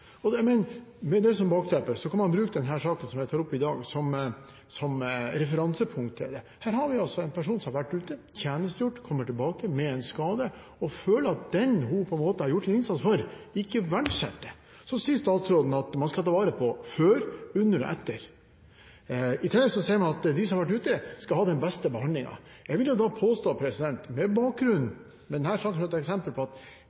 men savner handlingen. Med det som bakteppe kan man bruke den saken som jeg tar opp i dag, som referansepunkt. Her har vi altså en person som har vært ute, tjenestegjort, kommer tilbake med en skade, og føler at den hun har gjort en innsats for, ikke verdsetter det. Så sier statsråden at man skal ta vare på personell før, under og etter utenlandstjeneste. I tillegg sier man at de som har vært ute, skal ha den beste behandlingen. Jeg vil jo da påstå, med bakgrunn i denne saken, at